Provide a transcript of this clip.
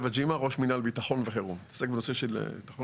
השלב הבא יהיה הנושא של האחזקה,